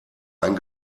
ein